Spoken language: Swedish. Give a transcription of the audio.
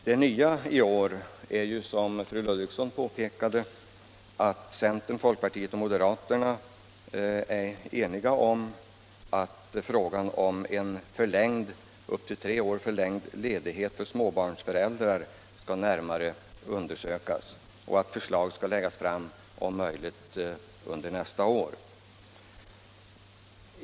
Det nya i år är, som fru Ludvigsson påpekade, att centern, folkpartiet och moderaterna är eniga om att frågan om en upp till tre år förlängd ledighet för småbarnsföräldrar skall närmare undersökas och förslag läggas fram om möjligt under nästa år.